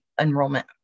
enrollment